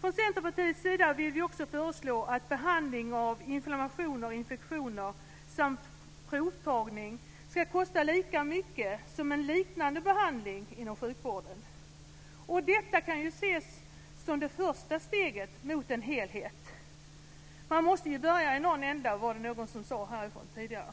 Från Centerpartiets sida vill vi också föreslå att behandling av inflammationer och infektioner samt provtagning ska kosta lika mycket som en liknande behandling inom sjukvården. Detta kan ju ses som det första steget mot en helhet. Man måste börja i någon ända, var det någon som sade tidigare.